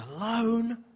alone